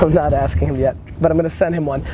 i'm not asking him yet but i'm gonna send him one.